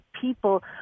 people